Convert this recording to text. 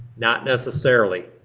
not necessarily.